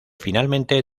finalmente